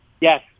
yes